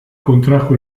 contrajo